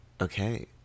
Okay